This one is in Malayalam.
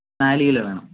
നാല് കിലോ വേണം